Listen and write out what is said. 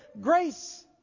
Grace